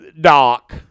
Doc